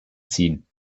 ziehen